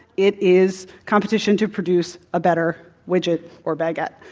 it is competition to produce a better widget or baguette.